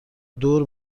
دور